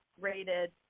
rated